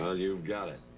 well, you've got it.